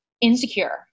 insecure